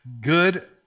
good